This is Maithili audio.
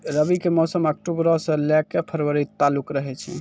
रबी के मौसम अक्टूबरो से लै के फरवरी तालुक रहै छै